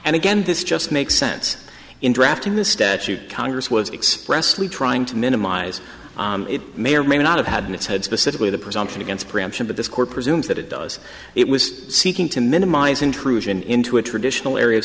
and again this just makes sense in drafting the statute congress was expressly trying to minimize it may or may not have had in its head specifically the presumption against preemption but this court presumes that it does it was seeking to minimize intrusion into a traditional area